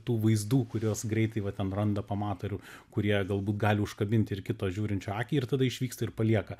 tų vaizdų kuriuos greitai va ten randa pamato ir kurie galbūt gali užkabinti ir kito žiūrinčio akį ir tada išvyksta ir palieka